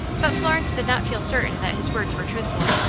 but florence did not feel certain that his words were truthful.